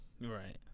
Right